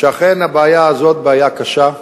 שאכן הבעיה הזאת היא בעיה קשה.